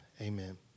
Amen